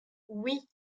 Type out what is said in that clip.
oui